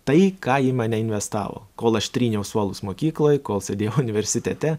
tai ką ji į mane investavo kol aš tryniau suolus mokykloj kol sėdėjau universitete